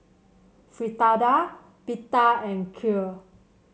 Fritada Pita and Kheer